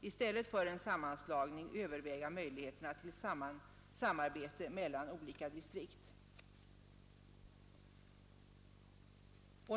i stället för en sammanslagning bör överväga möjligheterna till samarbete mellan olika distrikt.